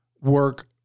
work